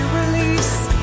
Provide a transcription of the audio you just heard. release